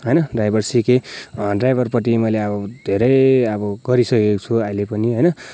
होइन ड्राइभर सिकेँ ड्राइभरपट्टि मैले अब धेरै अब गरिसकेको छु अहिले पनि होइन